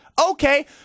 okay